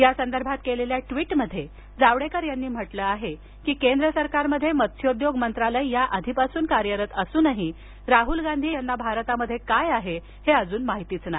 या संदर्भात केलेल्या ट्वीटमध्ये जावडेकर यांनी म्हटलं आहे की केंद्र सरकारमध्ये मत्सोद्योग मंत्रालय आधीपासूनच कार्यरत असूनही राहुल गांधी यांना भारतात काय आहे ते माहीत नाही